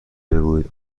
بگویید